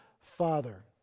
father